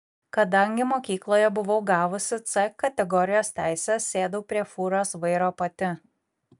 kadangi mokykloje buvau gavusi c kategorijos teises sėdau prie fūros vairo pati